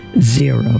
zero